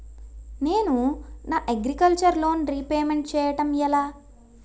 నేను నా agriculture loan repayment చేయడం ఎలా?